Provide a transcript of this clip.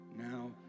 now